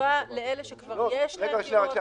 הטבה לאלה שכבר יש להם דירות?